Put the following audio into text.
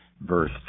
verse